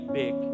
big